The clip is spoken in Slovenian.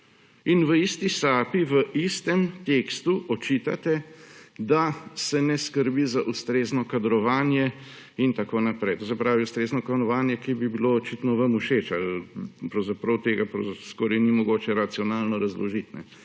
In v isti sapi, v istem tekstu očitate, da se ne skrbi za ustrezno kadrovanje in tako naprej. To se pravi – ustrezno kadrovanje, ki bi bilo očitno vam všeč, pravzaprav tega skoraj ni mogoče racionalno razložiti.